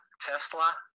Tesla